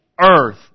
earth